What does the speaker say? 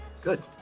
good